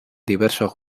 diversos